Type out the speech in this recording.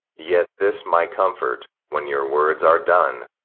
yet this my comfort when your words are done,